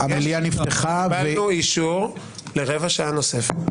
קיבלנו אישור לרבע שעה נוספת.